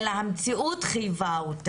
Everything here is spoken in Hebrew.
זה משהו שהמציאות חייבה.